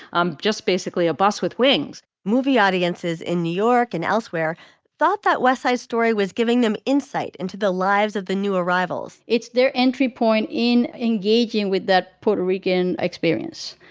um just basically a bus with wings movie audiences in new york and elsewhere thought that west side story was giving them insight into the lives of the new arrivals it's their entry point in engaging with that puerto rican experience.